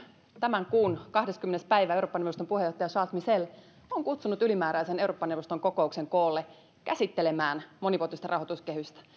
tämän kuun kahdeskymmenes päivä eurooppa neuvoston puheenjohtaja charles michel on kutsunut ylimääräisen eurooppa neuvoston kokouksen koolle käsittelemään monivuotista rahoituskehystä